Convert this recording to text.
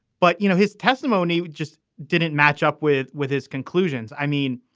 but, you know, his testimony just didn't match up with with his conclusions. i mean,